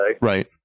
Right